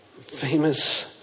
famous